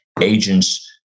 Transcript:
agents